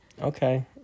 Okay